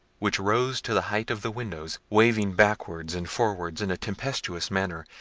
which rose to the height of the windows, waving backwards and forwards in a tempestuous manner,